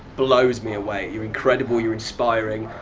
blows me away. you're incredible, you're inspiring.